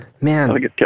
Man